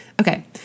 Okay